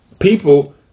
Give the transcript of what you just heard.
people